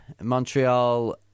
Montreal